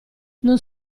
non